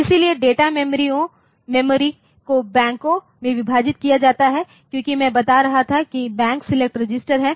इसलिए data memory को बैंकों में विभाजित किया जाता है क्योंकि मैं बता रहा था कि बैंक सेलेक्ट रजिस्टर है